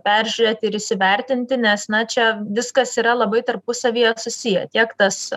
peržiūrėti ir įsivertinti nes na čia viskas yra labai tarpusavyje susiję tiek tas